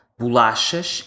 bolachas